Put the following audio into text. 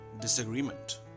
disagreement